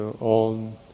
on